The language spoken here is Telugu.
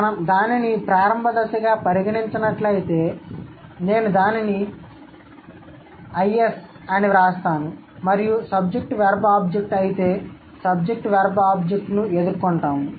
మనం దానిని ప్రారంభ దశగా పరిగణించినట్లయితే నేను దానిని IS అని వ్రాస్తాను మరియు SVO అయితే SVOను ఎదుర్కొంటాము